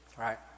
right